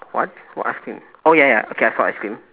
what what ice cream oh ya ya okay I saw ice cream